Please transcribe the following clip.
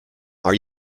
are